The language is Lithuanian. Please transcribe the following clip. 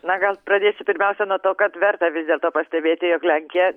na gal pradėsiu pirmiausia nuo to kad verta vis dėlto pastebėti jog lenkija